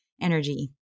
energy